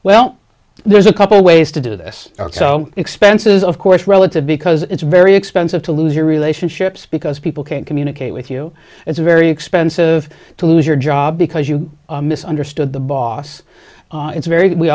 well there's a couple ways to do this so expenses of course relative because it's very expensive to lose your relationships because people can't communicate with you it's very expensive to lose your job because you misunderstood the boss it's very